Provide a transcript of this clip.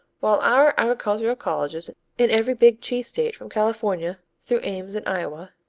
while our agricultural colleges in every big cheese state from california through ames in iowa,